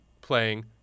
playing